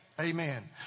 amen